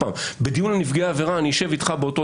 בדיון על נפגעי עבירה אני אשב איתך באותו